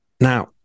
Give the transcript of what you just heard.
Now